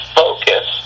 focus